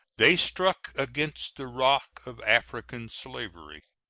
they struck against the rock of african slavery.